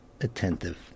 attentive